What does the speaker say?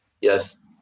Yes